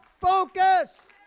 focus